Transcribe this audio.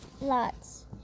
lots